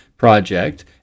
Project